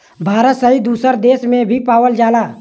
भारत सहित दुसर देस में भी पावल जाला